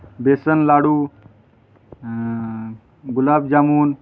बेसन laddu gulab jamun